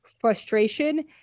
frustration